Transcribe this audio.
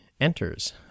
enters